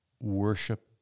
worship